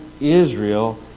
Israel